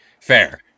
fair